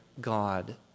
God